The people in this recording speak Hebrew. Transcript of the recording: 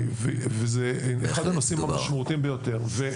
זה אחד הנושאים המשמעותיים ביותר.